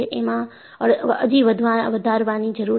એમાં અજી વધારવાની જરૂર છે